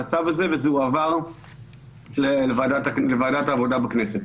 הצו הזה וזה הועבר לוועדת העבודה בכנסת.